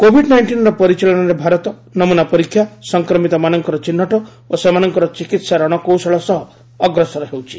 Covid ନାଇଷ୍ଟିନ୍ର ପରିଚାଳନାରେ ଭାରତ ନମୁନା ପରୀକ୍ଷା ସଂକ୍ରମିତମାନଙ୍କର ଚିହ୍ନଟ ଓ ସେମାନଙ୍କର ଚିକିତ୍ସା ରଣକୌଶଳ ସହ ଅଗ୍ରସର ହେଉଛି